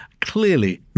Clearly